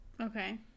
Okay